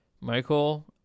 Michael